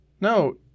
No